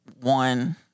One